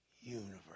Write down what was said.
universe